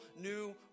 new